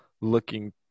looking